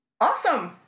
Awesome